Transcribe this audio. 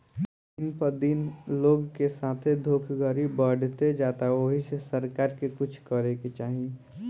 दिन प दिन लोग के साथे धोखधड़ी बढ़ते जाता ओहि से सरकार के कुछ करे के चाही